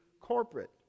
corporate